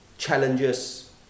Challenges